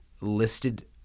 Listed